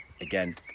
again